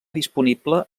disponible